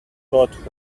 taught